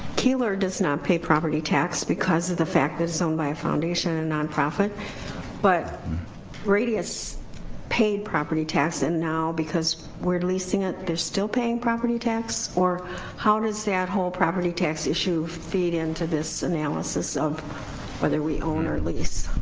keeler does not pay property tax because of the fact that it's owned by a foundation and nonprofit but radius paid property tax and now because we're leasing it there's still paying property tax or how does that whole property tax issue feed into this analysis of whether we own or at lease?